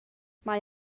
mae